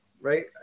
right